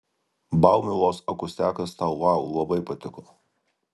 baumilos akustiakas tau vau labai patiko